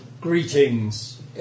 greetings